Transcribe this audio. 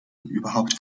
überhaupt